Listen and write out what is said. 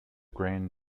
grand